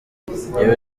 njyewe